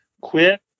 quit